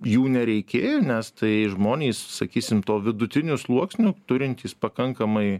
jų nereikėjo nes tai žmonės sakysim to vidutinių sluoksnių turintys pakankamai